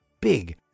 Big